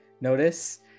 notice